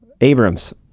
Abrams